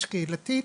קהילתית.